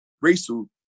racial